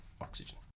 oxygen